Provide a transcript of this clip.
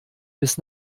bis